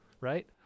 right